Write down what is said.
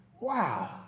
Wow